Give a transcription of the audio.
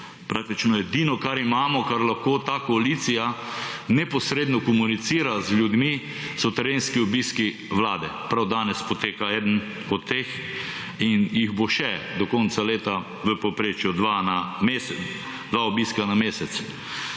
praktično edino, kar imamo, kar lahko ta koalicija neposredno komunicira z ljudmi, so terenski obiski vlade. Prav danes poteka eden od teh in jih bo še do konca leta v povprečju 2 obiska na mesec.